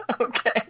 Okay